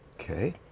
okay